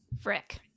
Frick